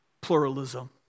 pluralism